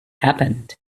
happened